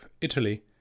Italy